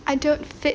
I don't fit